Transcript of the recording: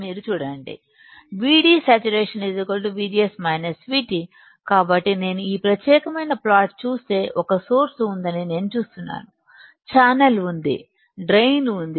మీరు చూడండి V D saturation VGS VT కాబట్టి నేను ఈ ప్రత్యేకమైన ప్లాట్లు చూస్తే ఒక సోర్స్ ఉందని నేను చూస్తున్నాను ఛానల్ ఉందిడ్రైన్ ఉంది